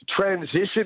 transition